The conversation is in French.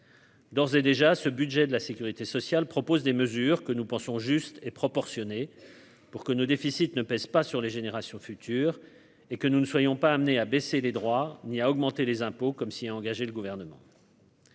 D'ores et déjà ce budget de la Sécurité sociale, propose des mesures que nous pensions juste et proportionnée pour que nos déficits ne pèse pas sur les générations futures et que nous ne soyons pas amenés à baisser les droits ni à augmenter les impôts, comme s'y est engagé le gouvernement.